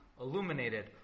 Illuminated